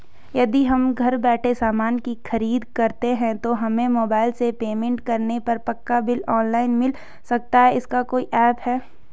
यदि हम घर बैठे सामान की खरीद करते हैं तो हमें मोबाइल से पेमेंट करने पर पक्का बिल ऑनलाइन मिल सकता है इसका कोई ऐप है